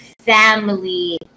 family